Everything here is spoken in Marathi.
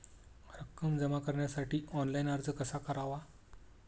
रक्कम जमा करण्यासाठी ऑनलाइन अर्ज कसा करावा?